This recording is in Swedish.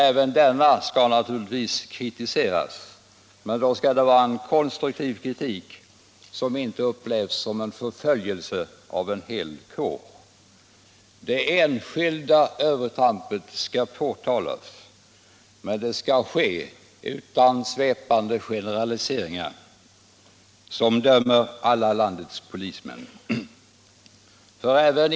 Även denna skall kritiseras, men då skall det vara en konstruktiv kritik som inte upplevs som en förföljelse av en hel kår. Enskilda övertramp skall påtalas. Men det skall ske utan svepande generaliseringar som dömer alla landets polismän.